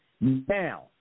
Now